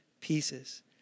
pieces